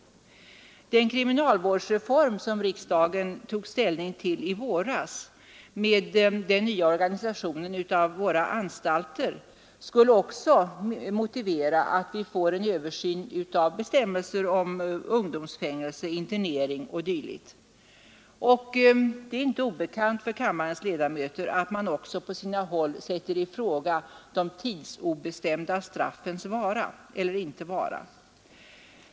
Den kriminalvårdsreform med den nya organisationen av våra anstalter, som riksdagen tog ställning till i våras, skulle också motivera att vi får en översyn av bestämmelserna om ungdomsfängelse, internering o.d. Det är inte obekant för kammarens ledamöter att man på sina håll också diskuterar de tidsobestämda straffens vara eller inte vara.